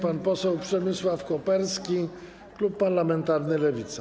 Pan poseł Przemysław Koperski, klub parlamentarny Lewica.